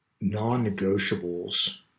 non-negotiables